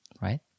right